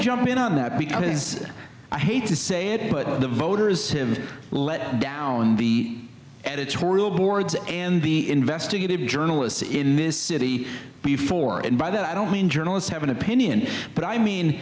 jump in on that because i hate to say the voters let down the editorial boards and the investigative journalists in this city before and by that i don't mean journalists have an opinion but i mean